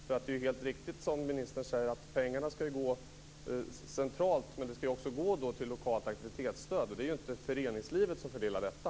Det är ju helt riktigt som ministern säger, att pengarna skall fördelas centralt men att de skall gå till lokalt aktivitetsstöd, men det är ju inte föreningslivet som fördelar detta.